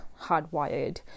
hardwired